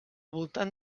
voltant